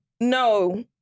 no